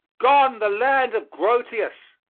gone, the land of grotius!